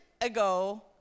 ago